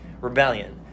rebellion